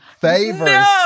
favors